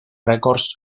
records